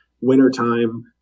wintertime